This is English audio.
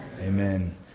Amen